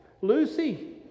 Lucy